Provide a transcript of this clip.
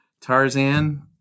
Tarzan